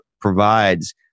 provides